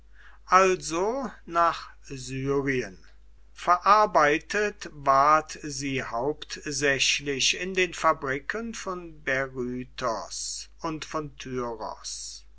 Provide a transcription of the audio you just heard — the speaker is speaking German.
also nach syrien verarbeitet ward sie hauptsächlich in den fabriken von berytos und von tyros